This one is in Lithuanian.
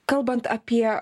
kalbant apie